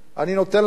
אני נותן לכם,